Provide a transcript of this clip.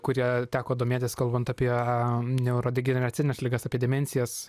kuriuo teko domėtis kalbant apie neurodegeneracines ligas apie demencijas